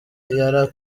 yari